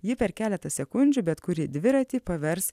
ji per keletą sekundžių bet kurį dviratį pavers